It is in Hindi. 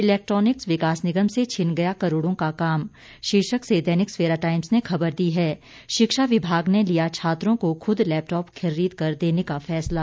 इलेक्ट्रॉनिक्स विकास निगम से छिन गया करोड़ों का काम शीर्षक से दैनिक सवेरा टाइम्स ने खबर दी है शिक्षा विभाग ने लिया छात्रों को खुद लैपटॉप खरीद कर देने का फैसला